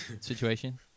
situation